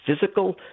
physical